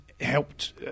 helped